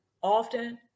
often